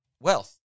wealth